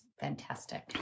Fantastic